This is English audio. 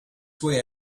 way